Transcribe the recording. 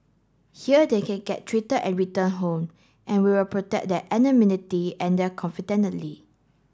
here they can get treated and return home and we will protect their anonymity and their